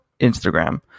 Instagram